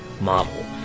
model